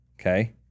Okay